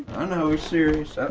and it's serious.